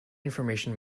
information